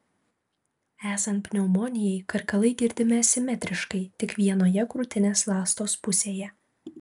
esant pneumonijai karkalai girdimi asimetriškai tik vienoje krūtinės ląstos pusėje